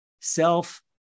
self